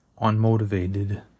unmotivated